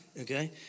Okay